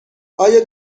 آیا